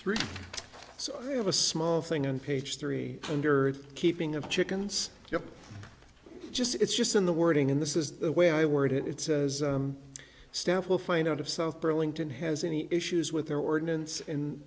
three so you have a small thing on page three hundred keeping of chickens you just it's just in the wording in this is the way i worded it says staff will find out of south burlington has any issues with their ordinance and